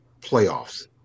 playoffs